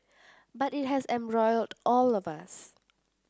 but it has embroiled all of us